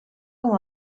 com